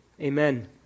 amen